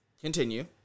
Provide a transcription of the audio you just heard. Continue